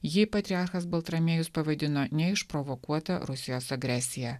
jį patriarchas baltramiejus pavadino neišprovokuota rusijos agresija